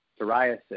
psoriasis